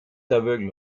aveugle